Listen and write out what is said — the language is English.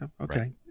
Okay